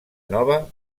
nova